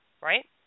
right